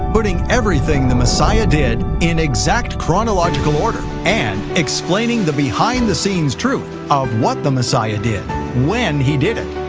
putting everything the messiah did in exact chronological order, and explaining the behind the scenes truth of what the messiah did when he did it,